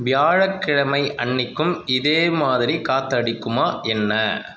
வியாழக்கிழமை அன்னைக்கும் இதே மாதிரி காற்றடிக்குமா என்ன